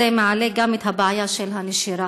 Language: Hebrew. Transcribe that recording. זה מעלה גם את הבעיה של הנשירה.